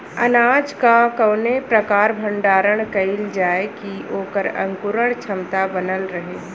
अनाज क कवने प्रकार भण्डारण कइल जाय कि वोकर अंकुरण क्षमता बनल रहे?